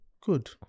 Good